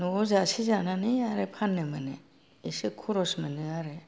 न'आव जासे जानानै आरो फाननो मोनो एसे खरस मोनो आरो